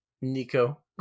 Nico